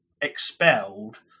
expelled